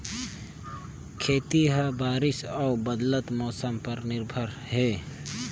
खेती ह बारिश अऊ बदलत मौसम पर निर्भर हे